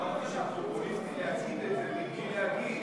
אמרתי שפופוליסטי להגיד את זה בלי להגיד